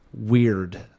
weird